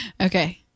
Okay